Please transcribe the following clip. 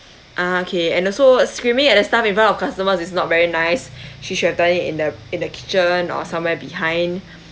ah okay and also screaming at the staff in front of customers is not very nice she should have done it in the in the kitchen or somewhere behind